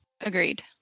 Agreed